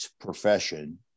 profession